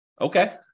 Okay